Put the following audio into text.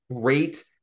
great